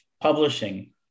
publishing